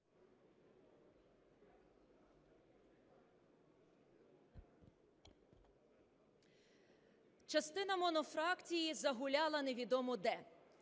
Частина монофракції загуляла невідомо де,